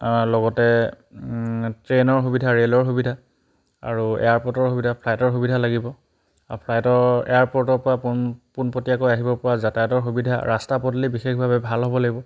লগতে ট্ৰেইনৰ সুবিধা ৰে'লৰ সুবিধা আৰু এয়াৰপৰ্টৰ সুবিধা ফ্লাইটৰ সুবিধা লাগিব আৰু ফ্লাইটৰ এয়াৰপৰ্টৰপৰা পোন পোনপটীয়াকৈ আহিবপৰা যাতায়তৰ সুবিধা ৰাস্তা পদূলি বিশেষভাৱে ভাল হ'ব লাগিব